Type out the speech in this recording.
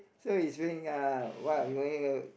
so he's wearing uh what he wearing a